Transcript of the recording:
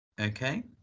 Okay